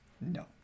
No